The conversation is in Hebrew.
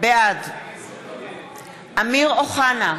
בעד אמיר אוחנה,